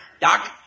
Doc